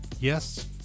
yes